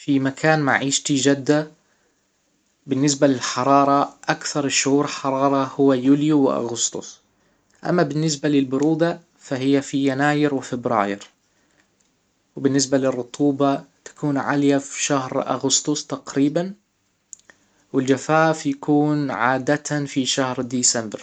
في مكان معيشتي جدة بالنسبة للحرارة اكثر الشهور حرارة هو يوليو واغسطس اما بالنسبة للبرودة فهي في يناير وفبراير وبالنسبة للرطوبة تكون عالية في شهر اغسطس تقريبا والجفاف يكون عادة في شهر ديسمبر